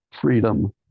freedom